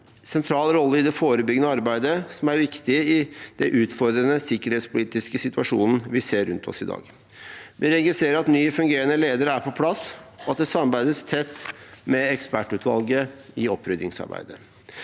sentral rolle i det forebyggende arbeidet, som er viktig i den utfordrende sikkerhetspolitiske situasjonen vi ser rundt oss i dag. Vi registrerer at ny fungerende leder er på plass, og at det samarbeides tett med ekspertutvalget i oppryddingsarbeidet.